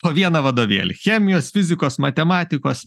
po vieną vadovėlį chemijos fizikos matematikos